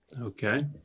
Okay